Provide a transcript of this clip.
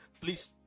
please